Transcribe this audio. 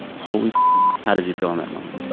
holy how did you feel in that moment?